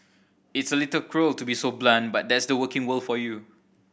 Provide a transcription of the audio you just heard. it's a little cruel to be so blunt but that's the working world for you